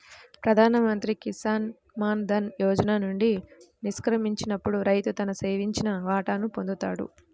ప్రధాన్ మంత్రి కిసాన్ మాన్ ధన్ యోజన నుండి నిష్క్రమించినప్పుడు రైతు తన సేకరించిన వాటాను పొందుతాడు